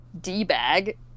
D-bag